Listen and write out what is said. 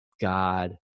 God